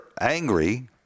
angry